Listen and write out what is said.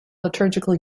liturgical